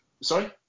Sorry